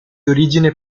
origine